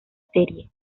serie